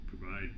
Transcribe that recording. provide